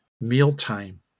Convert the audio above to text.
mealtime